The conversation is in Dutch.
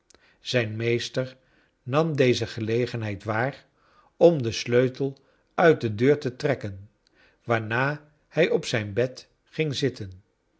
zijn meester nam deze gelegenheid waar om den sleutel uit de deur te trekken waarna hij op zijn bed ging zitten